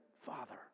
father